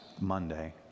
Monday